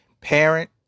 parent